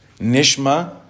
Nishma